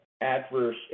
adverse